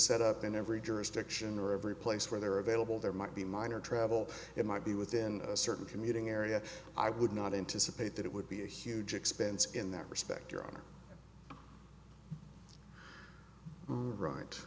set up in every jurisdiction or every place where there are available there might be minor travel it might be within a certain commuting area i would not anticipate that it would be a huge expense in that respect your honor right